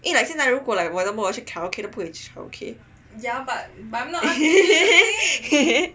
eh like 现在如果 like for example 我要去 karaoke 我都不可以去的 okay